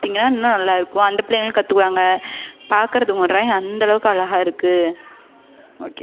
கொடுத்தீங்கன்னா இன்னும் நல்லா இருக்கும் அந்த பிள்ளைங்களும் கற்றுக்குவாங்க பார்க்கறதுக் உங்கள் ட்ராயிங் அந்த அளவுக்கு அழகாக இருக்கு ஓகே